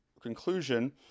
conclusion